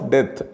Death